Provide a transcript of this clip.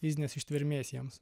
fizinės ištvermės jiems